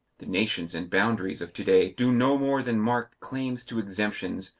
the nations and boundaries of to-day do no more than mark claims to exemptions,